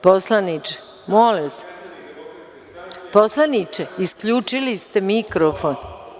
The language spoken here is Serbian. Poslaniče, molim vas, isključili ste mikrofon.